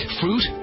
fruit